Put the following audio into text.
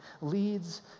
leads